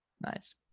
Nice